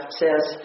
says